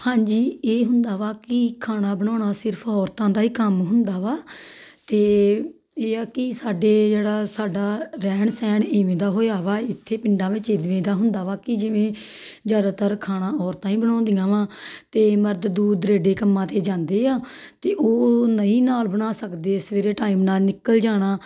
ਹਾਂਜੀ ਇਹ ਹੁੰਦਾ ਵਾ ਕਿ ਖਾਣਾ ਬਣਾਉਣਾ ਸਿਰਫ ਔਰਤਾਂ ਦਾ ਹੀ ਕੰਮ ਹੁੰਦਾ ਵਾ ਅਤੇ ਇਹ ਆ ਕਿ ਸਾਡੇ ਜਿਹੜਾ ਸਾਡਾ ਰਹਿਣ ਸਹਿਣ ਇਵੇਂ ਦਾ ਹੋਇਆ ਵਾ ਇੱਥੇ ਪਿੰਡਾਂ ਵਿੱਚ ਇਵੇਂ ਦਾ ਹੁੰਦਾ ਵਾ ਕਿ ਜਿਵੇਂ ਜ਼ਿਆਦਾਤਰ ਖਾਣਾ ਔਰਤਾਂ ਹੀ ਬਣਾਉਂਦੀਆਂ ਵਾ ਅਤੇ ਮਰਦ ਦੂਰ ਦੁਰਾਡੇ ਕੰਮਾਂ 'ਤੇ ਜਾਂਦੇ ਆ ਅਤੇ ਉਹ ਨਹੀਂ ਨਾਲ ਬਣਾ ਸਕਦੇ ਸਵੇਰੇ ਟਾਈਮ ਨਾਲ ਨਿਕਲ ਜਾਣਾ